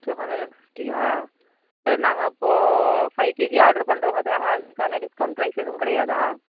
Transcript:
two hundred and ஃபிஃப்ட்டியா sir நாங்கள் இப்போது ஃபைவ் கேஜி ஆர்ட்ரு பண்றோங்கிறத்துக்காக அதுக்கான டிஸ்கௌண்ட் ப்ரைஸ் எதுவும் கிடையாதா